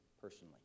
personally